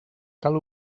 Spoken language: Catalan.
cal